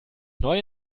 neue